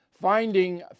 Finding